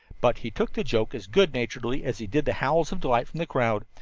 but he took the joke as good-naturedly as he did the howls of delight from the crowd,